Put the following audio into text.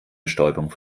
bestäubung